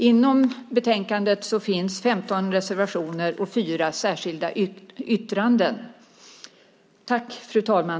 I betänkandet finns 15 reservationer och fyra särskilda yttranden.